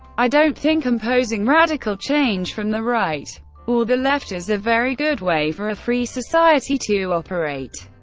i don't think imposing radical change from the right or the left is a very good way for a free society to operate.